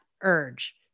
urge